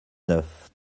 neuf